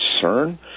concern